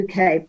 uk